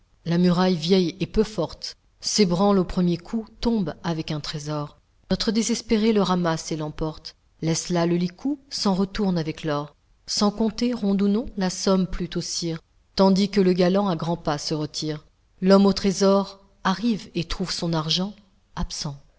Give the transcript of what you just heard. la muraille vieille et peu forte s'ébranle aux premiers coups tombe avec un trésor notre désespéré le ramasse et l'emporte laisse là le licou s'en retourne avec l'or sans compter ronde ou non la somme plut au sire tandis que le galant à grands pas se retire l'homme au trésor arrive et trouve son argent absent